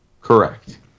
Correct